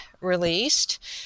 released